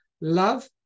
love